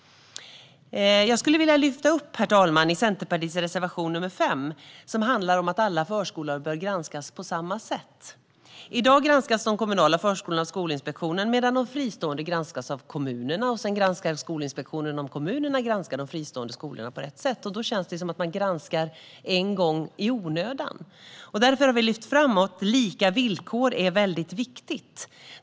Jag skulle vilja lyfta upp det som står i Centerpartiets reservation nr 5, som handlar om att alla förskolor bör granskas på samma sätt. I dag granskas de kommunala förskolorna av Skolinspektionen medan de fristående granskas av kommunerna. Sedan granskar Skolinspektionen om kommunerna granskar de fristående skolorna på rätt sätt. Det känns som att man granskar en gång i onödan. Därför har vi lyft fram att lika villkor är viktigt.